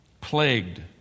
plagued